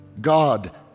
God